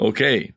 Okay